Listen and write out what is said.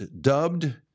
dubbed